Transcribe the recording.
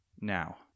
now